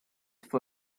for